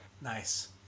Nice